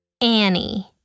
Annie